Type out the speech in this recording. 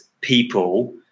people